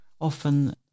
often